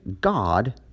God